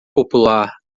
popular